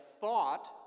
thought